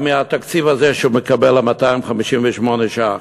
מהתקציב הזה שהוא מקבל, 258 ש"ח.